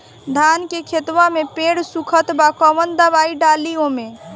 धान के खेतवा मे पेड़ सुखत बा कवन दवाई डाली ओमे?